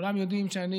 כולם יודעים שאני